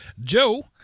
Joe